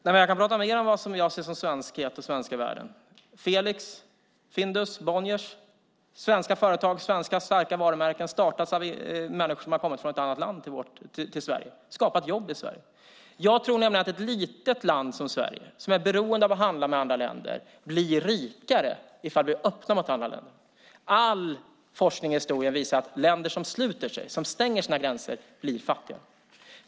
Fru talman! Jag kan prata mer om vad jag ser som svenskhet och svenska värden. Felix, Findus och Bonniers är svenska företag och starka svenska varumärken som startats av människor som har kommit från ett annat land till Sverige. De har skapat jobb i Sverige. Jag tror att ett litet land som Sverige, som är beroende av att handla med andra länder, blir rikare om vi är öppna mot andra länder. All forskning och historia visar att länder som sluter sig, som stänger sina gränser, blir fattiga.